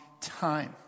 time